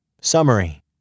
Summary